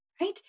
right